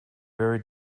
very